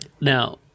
Now